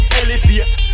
elevate